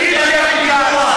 תני לו.